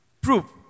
proof